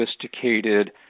sophisticated